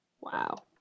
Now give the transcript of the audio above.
Wow